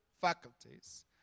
faculties